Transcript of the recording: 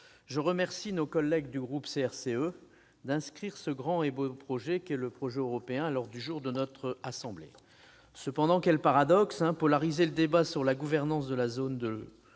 je remercie nos collègues du groupe CRCE d'avoir fait inscrire ce grand et beau projet qu'est le projet européen à l'ordre du jour de notre assemblée. Cependant, quel paradoxe de polariser le débat sur la gouvernance de la zone euro